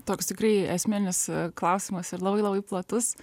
toks tikrai esminis klausimas ir labai labai platus